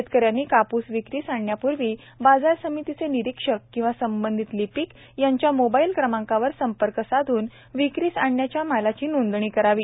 शेतक यांनी कापूस विक्रीस आणण्यापूर्वी बाजार समितीचे निरिक्षक किंवा संबधित लिपीक यांचे मोबाईल क्रमांकावर संपर्क साध्न विक्रीस आणणा या मालाची नोंदणी करावी